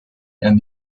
and